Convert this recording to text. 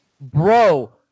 Bro